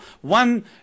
One